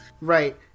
right